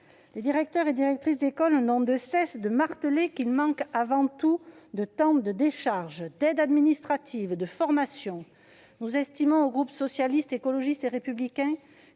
Les directeurs et directrices d'école n'ont de cesse de dire qu'ils manquent avant tout de temps de décharge, d'aide administrative et de formation. Nous estimons, au sein du groupe Socialiste, Écologiste et Républicain,